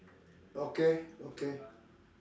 okay okay